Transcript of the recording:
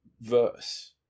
verse